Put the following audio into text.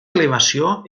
elevació